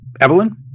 Evelyn